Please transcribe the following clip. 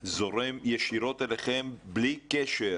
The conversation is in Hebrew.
זורם ישירות אליכם בלי קשר